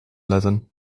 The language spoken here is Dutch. letten